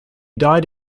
died